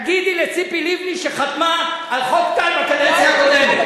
את ה"בוגדת" תגידי לציפי לבני שחתמה על חוק טל בקדנציה הקודמת.